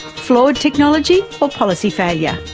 flawed technology or policy failure?